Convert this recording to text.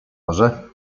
może